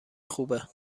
خوبه